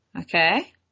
Okay